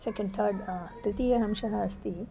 second third तृतीय अंशः अस्ति